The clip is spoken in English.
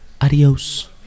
Adios